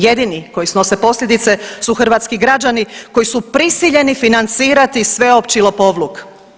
Jedini koji snose posljedice su hrvatski građani koji su prisiljeni financirati sveopći lopovluk.